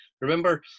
Remember